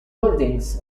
buildings